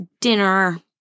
dinner